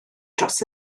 dros